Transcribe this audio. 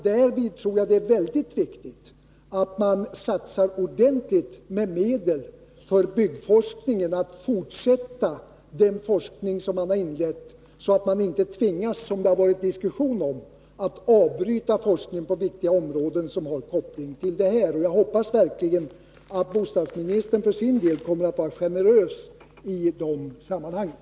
Därvid tror jag det är mycket viktigt att man satsar ordentligt med medel för byggforskningen, så att den forskning som har inletts kan fortsätta och man inte tvingas — vilket har diskuterats — avbryta forskning på viktiga områden som är kopplade till detta. Jag hoppas verkligen att bostadsministern för sin del kommer att vara generös i de sammanhangen.